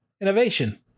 Innovation